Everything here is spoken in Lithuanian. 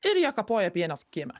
ir jie kapoja pienes kieme